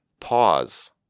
Pause